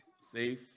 safe